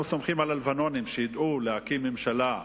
אנחנו סומכים על הלבנונים שידעו להקים ממשלה,